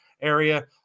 area